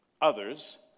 others